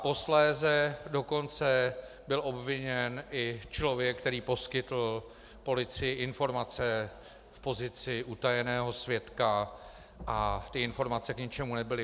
Posléze dokonce byl obviněn i člověk, který poskytl policii informace v pozici utajeného svědka, a ty informace k ničemu nebyly.